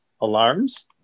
Alarms